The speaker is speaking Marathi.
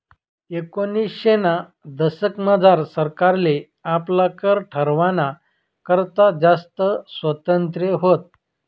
एकोनिसशेना दशकमझार सरकारले आपला कर ठरावाना करता जास्त स्वातंत्र्य व्हतं